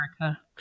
america